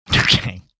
Okay